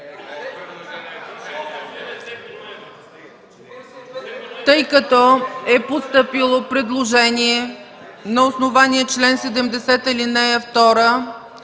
Тъй като е постъпило предложение на основание чл. 70, ал. 2